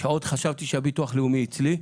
כשעוד חשבתי שהביטוח לאומי אצלי,